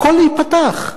הכול ייפתח.